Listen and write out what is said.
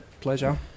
pleasure